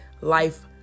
life